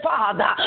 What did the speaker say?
Father